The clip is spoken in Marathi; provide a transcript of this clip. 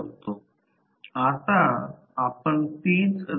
2 कोन मिळेल 1